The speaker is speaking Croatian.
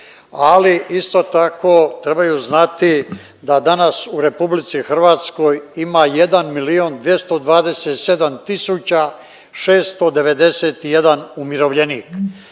ali isto tako trebaju znati da danas u RH ima 1.227.691 umirovljenik.